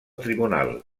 tribunal